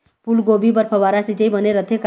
फूलगोभी बर फव्वारा सिचाई बने रथे का?